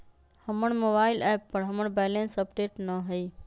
हमर mobile app पर हमर बैलेंस अपडेट न हई